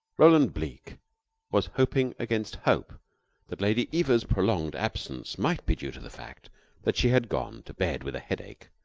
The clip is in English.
roland bleke was hoping against hope that lady eva's prolonged absence might be due to the fact that she had gone to bed with a headache,